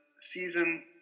season